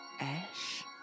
ash